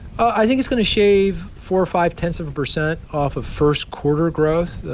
i think it's going to shave four, five-tenths of a percent off of first-quarter growth.